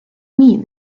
mean